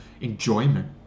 enjoyment